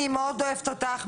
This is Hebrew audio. אני מאוד אוהבת אותך,